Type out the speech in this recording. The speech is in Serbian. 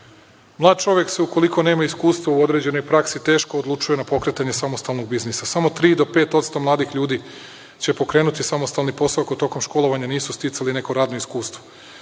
Mlad čovek se ukoliko nema iskustva u određenoj praksi teško odlučuje na pokretanje samostalnog biznisa, samo 3% do 5% mladih ljudi će pokrenuti samostalni posao ako tokom školovanja nisu sticali neko radno iskustvo,